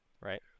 Right